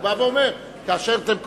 הוא אומר: כאשר אתם קובלים,